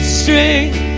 strength